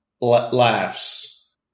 Laughs